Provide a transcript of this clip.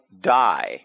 die